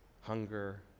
hunger